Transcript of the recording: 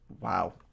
Wow